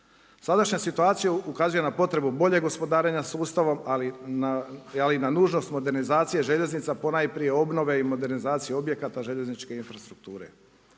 Sadašnja situacija ukazuje na potrebu boljeg gospodarenja sustavom ali na nužnost modernizacije željeznica ponajprije obnove i modernizacije objekata željezničke infrastrukture.